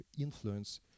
influence